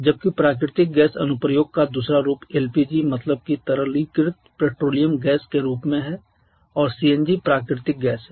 जबकि प्राकृतिक गैस अनुप्रयोग का दूसरा रूप एलपीजी मतलब की तरलीकृत पेट्रोलियम गैस के रूप में है और सीएनजी प्राकृतिक गैस है